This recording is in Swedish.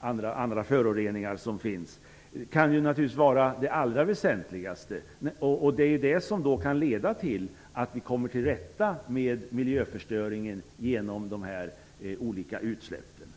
andra föroreningar som finns kan naturligtvis vara det allra väsentligaste. Det är det som kan leda till att vi kommer till rätta med miljöförstöringen genom de olika utsläppen.